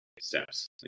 steps